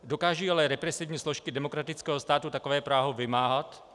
Dokážou ale represivní složky demokratického státu takové právo vymáhat?